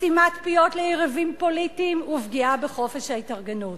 סתימת פיות ליריבים פוליטיים ופגיעה בחופש ההתארגנות.